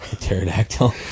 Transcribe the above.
Pterodactyl